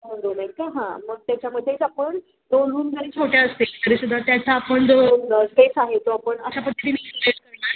हो दोन आहेत का हां मग त्याच्यामध्येच आपण दोन रूम जरी छोट्या असतील तरी सुद्धा त्याचा आपण जो स्पेस आहे तो आपण अशा पद्धतीनी युटीलाईज करणार